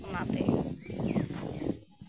ᱚᱱᱟᱛᱮ